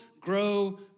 grow